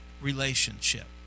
relationship